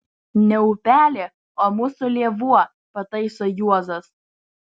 ne upelė o mūsų lėvuo pataiso juozas